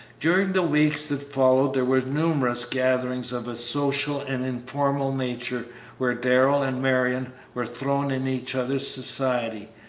during the weeks that followed there were numerous gatherings of a social and informal nature where darrell and marion were thrown in each other's society,